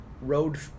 road